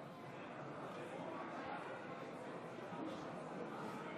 ההצבעה: בעד,